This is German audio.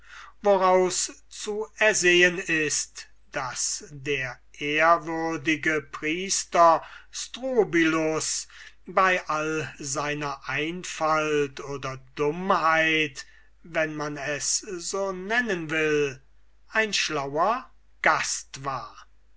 woraus zu ersehen ist daß der priester strobylus bei aller seiner einfalt oder dummheit wenn man es so nennen will ein schlauer gast war